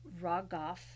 Rogoff